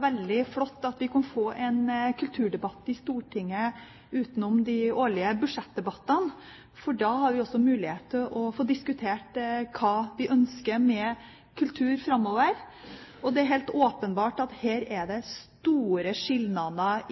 veldig flott at vi kunne få en kulturdebatt i Stortinget utenom de årlige budsjettdebattene, for da har vi også mulighet til å få diskutert hva vi ønsker med kultur framover. Det er helt åpenbart at her er det store skilnader